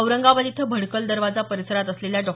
औरंगाबाद इथं भडकल दरवाजा परिसरात असलेल्या डॉ